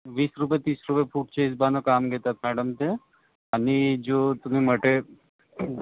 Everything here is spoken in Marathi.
वीस रुपये तीस रुपये फूटच्या हिशोबानं काम घेतात मॅडम ते आनि जो तुमी मटे